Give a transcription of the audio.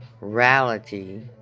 reality